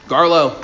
Garlo